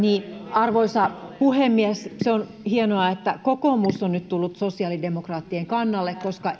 arvoisa puhemies se on hienoa että kokoomus on nyt tullut sosiaalidemokraattien kannalle koska